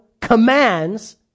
commands